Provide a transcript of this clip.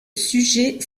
sujet